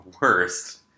worst